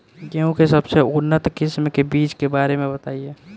गेहूँ के सबसे उन्नत किस्म के बिज के बारे में बताई?